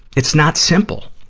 it's not simple.